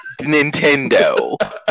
Nintendo